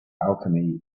alchemy